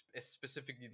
specifically